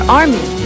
army